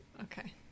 Okay